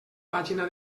pàgina